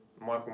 Michael